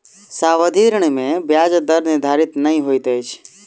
सावधि ऋण में ब्याज दर निर्धारित नै होइत अछि